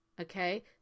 okay